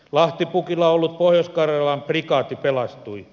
lahtipukilla ollut pohjois karjalan prikaati pelastui